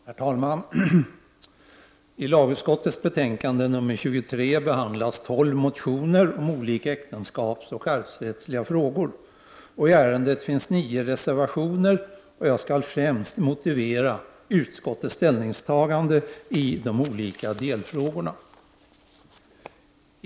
Herr talman! I lagutskottets betänkande nr 23 behandlas tolv motioner om olika äktenskapsoch arvsrättsliga frågor. I ärendet finns nio reservationer, och jag skall främst motivera utskottets ställningstagande i de olika delfrågorna.